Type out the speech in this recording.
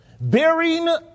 bearing